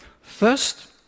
First